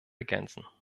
ergänzen